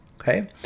okay